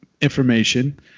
information